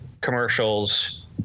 commercials